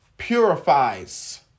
purifies